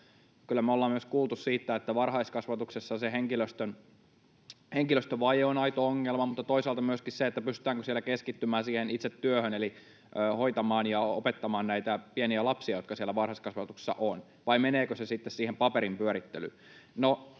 ollaan myös kuultu siitä, että varhaiskasvatuksessa se henkilöstövaje on aito ongelma, mutta toisaalta myöskin siitä, pystytäänkö siellä keskittymään siihen itse työhön eli hoitamaan ja opettamaan näitä pieniä lapsia, jotka siellä varhaiskasvatuksessa ovat, vai meneekö se sitten siihen paperinpyörittelyyn.